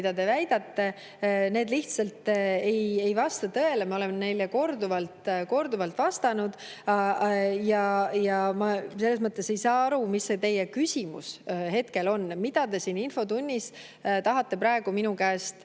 mida te väidate, lihtsalt ei vasta tõele. Ma olen neile korduvalt vastanud. Ja ma selles mõttes ei saa aru, mis see teie küsimus hetkel on, mida te siin infotunnis tahate praegu minu käest